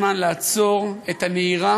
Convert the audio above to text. ברשותך,